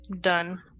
Done